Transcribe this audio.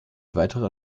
weiterer